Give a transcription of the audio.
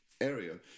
area